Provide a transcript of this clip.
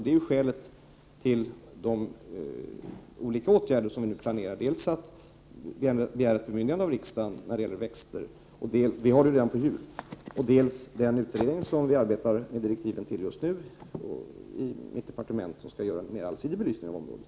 Det är skälet till de olika åtgärder som man nu planerar att vidta, dels att begära ett bemyndigande av riksdagen när det gäller växter —- ett sådant finns redan när det gäller djur —, dels skall den utredning, som vi inom mitt departement just nu arbetar med att ge direktiv för, göra en mer allsidig belysning av detta område.